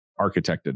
architected